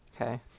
Okay